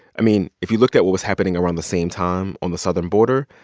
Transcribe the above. i mean, if you looked at what was happening around the same time on the southern border,